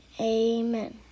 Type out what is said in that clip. amen